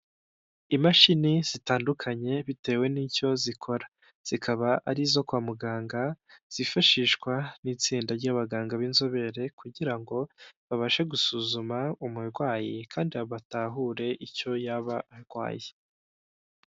Imashini zitandukanye bitewe n'icyo zikora, zikaba arizo kwa muganga zifashishwa n'itsinda ry'abaganga b'inzobere kugira ngo babashe gusuzuma umurwayi kandi batahure icyo yaba arwaye.